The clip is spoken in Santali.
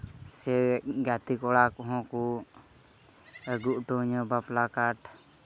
ᱥᱮ ᱜᱟᱛᱮ ᱠᱚᱲᱟ ᱠᱚᱦᱚᱸ ᱠᱚ ᱟᱹᱜᱩ ᱦᱚᱴᱚ ᱟᱹᱧᱟ ᱵᱟᱯᱞᱟ ᱠᱟᱨᱰ